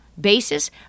basis